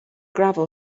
gravel